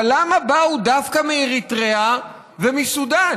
אבל למה באו דווקא מאריתריאה ומסודאן?